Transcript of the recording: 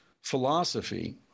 philosophy